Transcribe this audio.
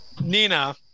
Nina